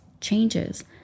changes